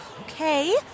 Okay